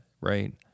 right